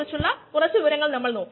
7 millimolar നൽകുന്നു